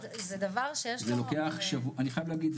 זה דבר שיש לו הרבה -- אני חייב להגיד,